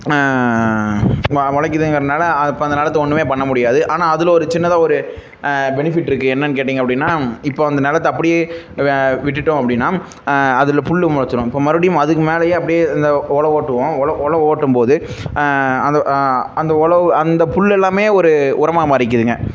மொளைக்கிதுங்குறனால அப்போ அந்த நிலத்த ஒன்றுமே பண்ண முடியாது ஆனால் அதில் ஒரு சின்னதாக ஒரு பெனிஃபிட்டுருக்கு என்னென்னு கேட்டிங்க அப்படின்னா இப்போது அந்த நெலத்தை அப்படியே விட்டுவிட்டோம் அப்படின்னா அதில் புல் மொளைச்சிரும் இப்போ மறுபடியும் அதுக்கு மேலேயே அப்படியே இந்த ஒழவு ஓட்டுவோம் ஒழவு உழவு ஓட்டும்போது அந்த அந்த உழவு அந்த புல் எல்லாமே ஒரு உரமாக மாறிக்கிதுங்க